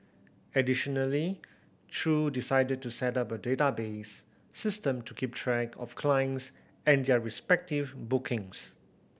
additionally Chew decided to set up a database system to keep track of clients and their respective bookings